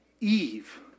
Eve